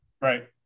right